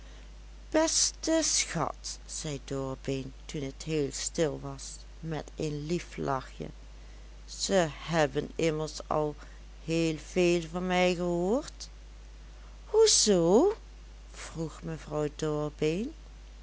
beste schat zei dorbeen toen het heel stil was met een lief lachje ze hebben immers al heel veel van mij gehoord hoe zoo vroeg mevrouw